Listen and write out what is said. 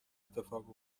اتفاق